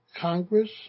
congress